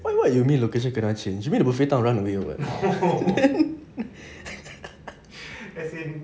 what what do you mean location kena change you mean the buffet town run away or what